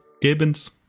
Gibbons